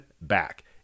back